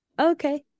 Okay